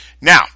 Now